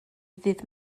ddydd